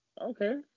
okay